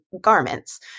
garments